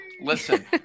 Listen